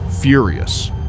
furious